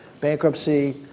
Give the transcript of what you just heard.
bankruptcy